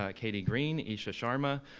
ah katie green, isha sharma,